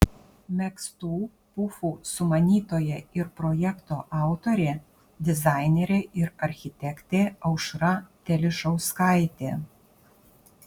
megztų pufų sumanytoja ir projekto autorė dizainerė ir architektė aušra telišauskaitė